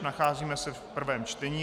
Nacházíme se v prvém čtení.